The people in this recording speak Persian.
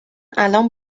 الان